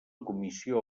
comissió